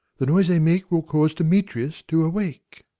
the noise they make will cause demetrius to awake.